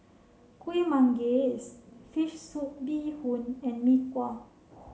Kuih Manggis fish soup bee hoon and Mee Kuah